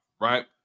right